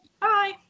bye